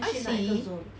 I see